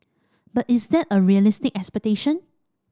but is that a realistic expectation